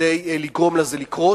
כדי לגרום לזה לקרות,